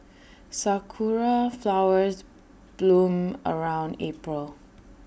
Sakura Flowers bloom around April